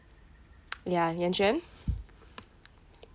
ya yen xuan